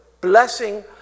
blessing